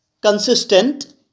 consistent